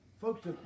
Folks